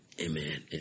amen